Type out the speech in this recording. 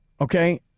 Okay